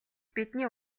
бидний